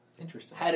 Interesting